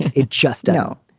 it just. no,